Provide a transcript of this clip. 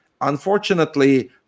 unfortunately